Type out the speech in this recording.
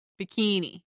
Bikini